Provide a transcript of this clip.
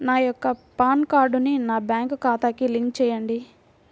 నా యొక్క పాన్ కార్డ్ని నా బ్యాంక్ ఖాతాకి లింక్ చెయ్యండి?